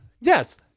yes